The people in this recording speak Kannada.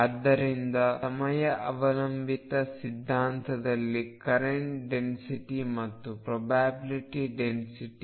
ಆದ್ದರಿಂದ ಸಮಯ ಅವಲಂಬಿತ ಸಿದ್ಧಾಂತದಲ್ಲಿ ಕರೆಂಟ್ ಡೆನ್ಸಿಟಿ ಮತ್ತು ಪ್ರೊಬ್ಯಾಬಿಲ್ಟಿ ಡೆನ್ಸಿಟಿ